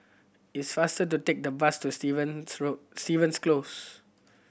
it is faster to take the bus to Stevens Stevens Close